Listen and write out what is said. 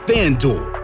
FanDuel